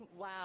Wow